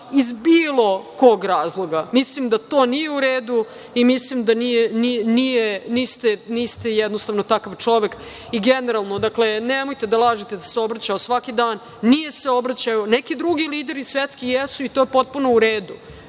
iz bilo kog razloga. Mislim da to nije u redu i mislim da niste jednostavno takav čovek i generalno, dakle, nemojte da lažete, da se obraćao svaki dan, nije se obraćao. Neki drugi lideri svetski jesu i to je potpuno u redu.